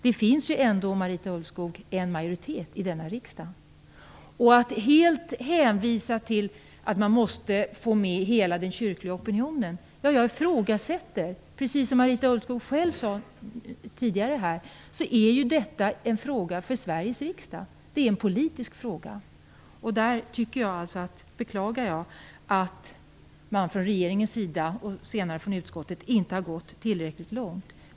Det finns ju ändå, Marita Ulvskog, en majoritet för det i denna riksdag. Man hänvisar till att man måste få med hela den kyrkliga opinionen. Jag ifrågasätter det. Precis som Marita Ulvskog själv tidigare sade är det en fråga för Sveriges riksdag. Det är en politisk fråga. Där beklagar jag att man från regeringens sida, och senare från utskottet, inte har gått tillräckligt långt.